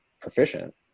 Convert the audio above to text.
proficient